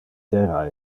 terra